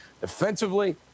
defensively